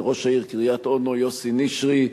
לראש העיר קריית-אונו יוסי נשרי,